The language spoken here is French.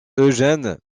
eugène